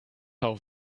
auf